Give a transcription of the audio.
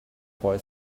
boy